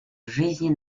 жизнь